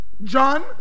John